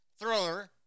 Thriller